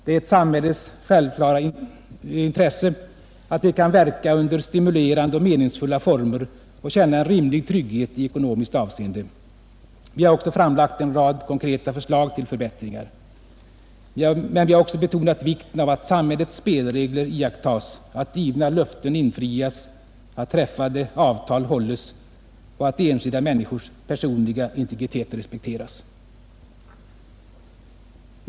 Det är ett samhällets självklara intresse, att de kan verka under stimulerande och meningsfulla former och känna en rimlig trygghet i ekonomiskt avseende. Vi har framlagt en rad konkreta förslag till förbättringar. Men vi har också betonat vikten av att samhällets spelregler iakttas, att givna löften infrias och träffade avtal hålles samt att enskilda människors personliga integritet respekteras.